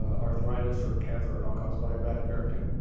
arthritis or cancer are not caused by bad parenting.